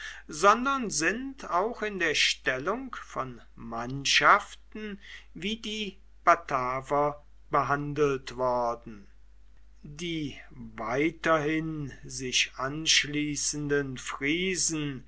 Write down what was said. sondern sind auch in der stellung von mannschaften wie die bataver behandelt worden die weiterhin sich anschließenden friesen